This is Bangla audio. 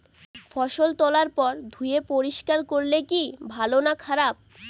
ফসল তোলার পর ধুয়ে পরিষ্কার করলে কি ভালো না খারাপ?